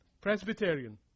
Presbyterian